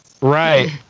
Right